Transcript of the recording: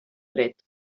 dret